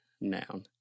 noun